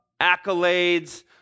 accolades